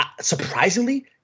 surprisingly